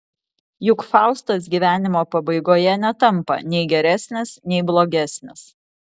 juk faustas gyvenimo pabaigoje netampa nei geresnis nei blogesnis